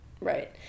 right